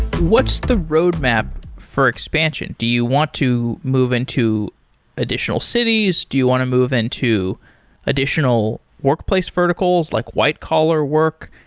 what's the roadmap for expansion? do you want to move into additional cities? do you want to move into additional workplace verticals, like white collar work?